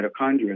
mitochondria